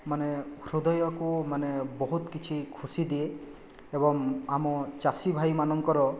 ମାନେ ହୃଦୟକୁ ମାନେ ବହୁତ କିଛି ଖୁସି ଦିଏ ଏବଂ ଆମ ଚାଷୀ ଭାଇମାନଙ୍କର